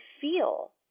feel